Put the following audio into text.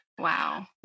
wow